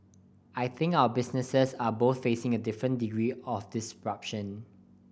I think our businesses are both facing a different degree of disruption